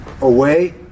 away